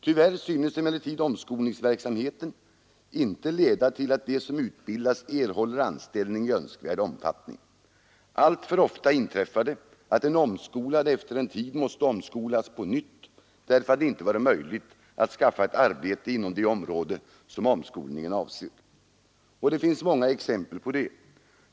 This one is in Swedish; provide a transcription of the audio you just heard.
Tyvärr synes omskolningsverksamheten inte leda till att de som utbildas erhåller anställning i önskvärd omfattning. Alltför ofta inträffar det att den omskolade efter en tid måste omskolas på nytt därför att det inte varit möjligt att skaffa ett arbete inom det område som omskolningen avsåg. Det finns många exempel på detta.